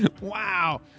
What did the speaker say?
Wow